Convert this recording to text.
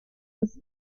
des